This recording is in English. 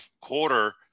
quarter